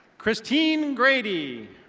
christine grady.